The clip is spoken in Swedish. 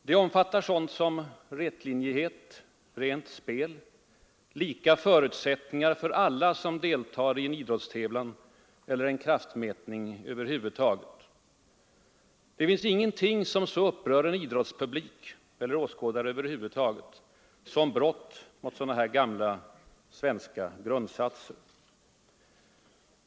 Det omfattar sådant som rätlinjighet, rent spel, lika förutsättningar för alla som deltar i en idrottstävling eller en kraftmätning över huvud taget. Det finns ingenting som så upprör en idrottspublik eller åskådare över huvud taget som brott mot sådana här gamla svenska grundsatser.